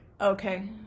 okay